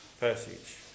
passage